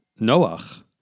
Noach